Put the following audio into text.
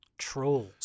trolls